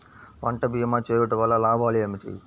పంట భీమా చేయుటవల్ల లాభాలు ఏమిటి?